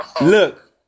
look